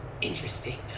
Interesting